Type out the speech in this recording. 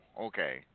Okay